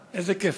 אה, איזה כיף.